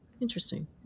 Interesting